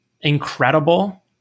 incredible